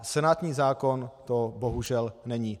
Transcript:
Senátní zákon to bohužel není.